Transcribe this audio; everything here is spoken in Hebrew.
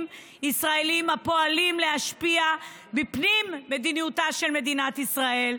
ישראליים הפועלים להשפיע מבפנים על מדיניות מדינת ישראל,